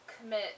commit